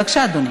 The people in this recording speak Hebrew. בבקשה, אדוני.